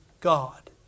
God